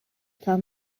plan